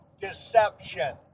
deception